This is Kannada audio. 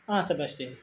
ಹಾಂ ಸಬ್ಯಾಸ್ಟಿನ್